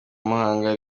muhanga